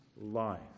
life